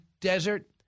desert